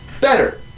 better